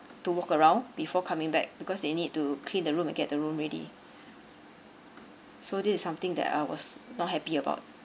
to walk around before coming back because they need to clean the room and get the room ready so this is something that I was not happy about